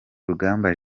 rugamba